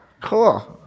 Cool